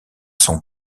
son